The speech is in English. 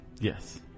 Yes